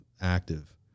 active